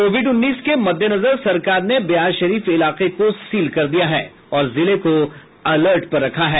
Covid उन्नीस के मद्देनजर सरकार ने बिहार शरीफ इलाके को सील कर दिया है और जिले को अलर्ट पर रखा है